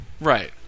Right